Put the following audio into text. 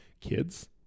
kids